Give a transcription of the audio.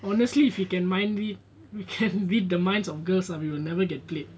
honestly if you can mind read we can read the minds of girls we will never get played